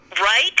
Right